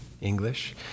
English